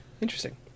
interesting